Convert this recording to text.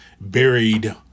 buried